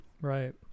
right